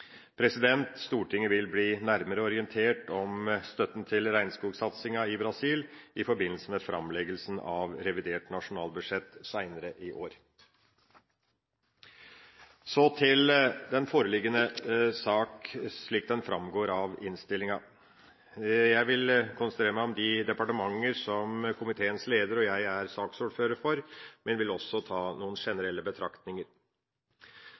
Stortinget vil bli nærmere orientert om støtten til regnskogsatsinga i Brasil i forbindelse med framleggelsen av revidert nasjonalbudsjett seinere i år. Så til den foreliggende sak, slik den framgår av innstillinga. Jeg vil konsentrere meg om de departementer som komiteens leder og jeg er saksordførere for, men jeg vil også ta noen generelle betraktninger.